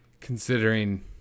considering